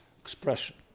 expression